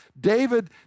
David